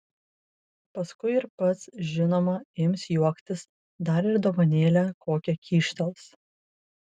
paskui ir pats žinoma ims juoktis dar ir dovanėlę kokią kyštels